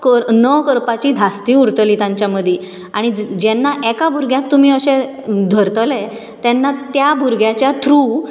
न करपाची धास्ती उरतली तांच्या मदी आनी जेन्ना एका भुरग्याक तुमी अशें धरतले तेन्ना त्या भुरग्याच्या थ्रू